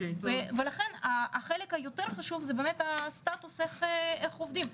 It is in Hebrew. לכן החלק היותר חשוב זה הסטטוס איך עובדים.